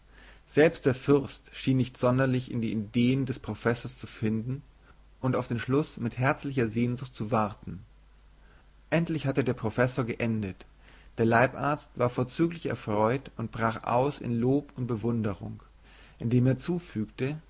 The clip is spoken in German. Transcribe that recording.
selbst der fürst schien sich nicht sonderlich in die ideen des professors zu finden und auf den schluß mit herzlicher sehnsucht zu warten endlich hatte der professor geendet der leibarzt war vorzüglich erfreut und brach aus in lob und bewunderung indem er